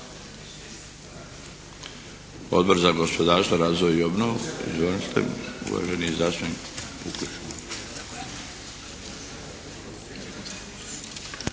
Odbor za gospodarstvo, razvoj i obnovu. Izvolite. Uvaženi zastupnik Pukleš.